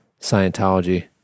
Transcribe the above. Scientology